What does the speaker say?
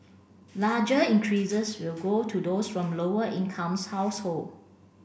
larger increases will go to those from lower incomes household